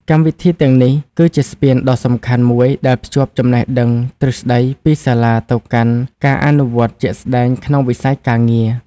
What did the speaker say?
កម្មវិធីទាំងនេះគឺជាស្ពានដ៏សំខាន់មួយដែលភ្ជាប់ចំណេះដឹងទ្រឹស្តីពីសាលាទៅកាន់ការអនុវត្តជាក់ស្តែងក្នុងវិស័យការងារ។